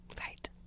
right